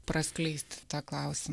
praskleisti tą klausimą